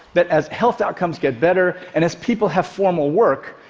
that as health outcomes get better and as people have formal work,